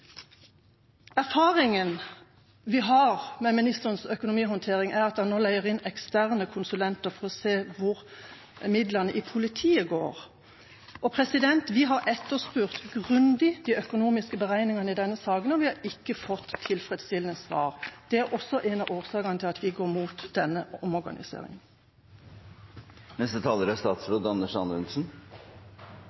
Erfaringen vi har med ministerens økonomihåndtering, er at han nå leier inn eksterne konsulenter for å se hvor midlene i politiet går. Vi har etterspurt grundig de økonomiske beregningene i denne saken, men vi har ikke fått tilfredsstillende svar. Det er også en av årsakene til at vi går imot denne omorganiseringen. Først til siste taler: Når det gjelder reformer, er